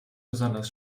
besonders